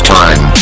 time